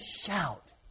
shout